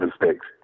mistakes